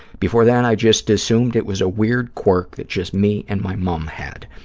before then, i just assumed it was a weird quirk that just me and my mum had.